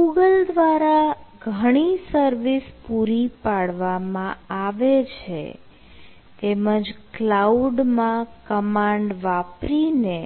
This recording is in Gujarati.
Google દ્વારા ઘણી સર્વિસ પૂરી પાડવામાં આવે છે તેમજ કલાઉડ માં કમાન્ડ વાપરીને